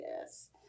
yes